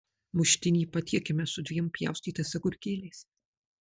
muštinį patiekiame su dviem pjaustytais agurkėliais